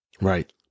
Right